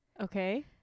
Okay